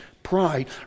Pride